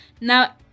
now